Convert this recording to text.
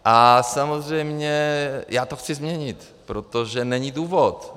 A samozřejmě já to chci změnit, protože není důvod.